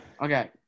Okay